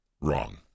wrong